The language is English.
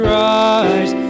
rise